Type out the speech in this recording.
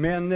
Men